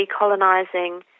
decolonising